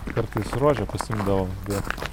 kartais rožę pasiimdavom bėgt